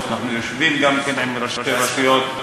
אנחנו גם יושבים עם ראשי הרשויות,